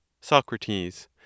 Socrates